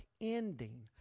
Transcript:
ending